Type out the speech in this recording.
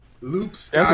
Loops